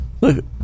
look